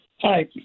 Hi